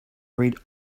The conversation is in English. read